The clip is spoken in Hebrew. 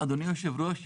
אדוני היושב-ראש,